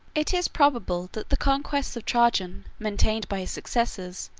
it is probable that the conquests of trajan, maintained by his successors,